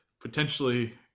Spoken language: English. potentially